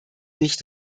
nicht